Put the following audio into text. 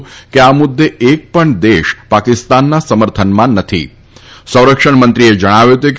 કરાઈ છે કે આ મુદ્દે એક પણ દેશ પાકિસ્તાનના સમર્થનમાં નથી સંરક્ષણ મંત્રીએ જણાવ્યું હતું કે